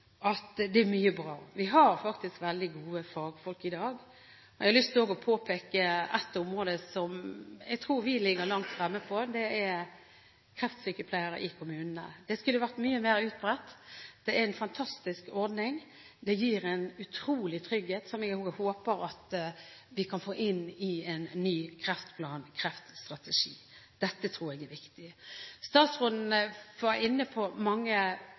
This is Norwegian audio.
at det er mye bra. Vi har faktisk veldig gode fagfolk i dag. Jeg har også lyst til å påpeke et område som jeg tror vi ligger langt fremme på. Det er kreftsykepleiere i kommunene. Det skulle vært mye mer utbredt. Det er en fantastisk ordning. Det gir en utrolig trygghet som jeg håper at vi kan få inn i en ny kreftplan/kreftstrategi. Dette tror jeg er viktig. Statsråden var inne på mange